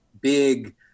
big